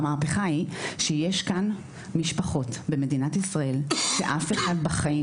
המהפכה היא שיש כאן משפחות במדינת ישראל שאף אחד בחיים,